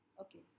okay